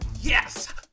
yes